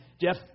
Jeff